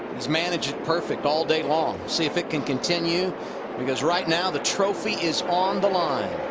he's managed perfect all day long. see if it can continue because right now the trophy is on the line.